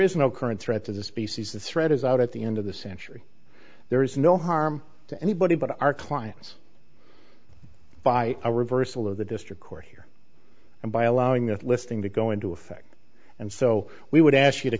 is no current threat to the species the threat is out at the end of the century there is no harm to anybody but our clients by a reversal of the district court here and by allowing that listing to go into effect and so we would ask you to